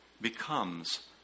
becomes